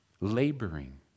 laboring